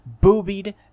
boobied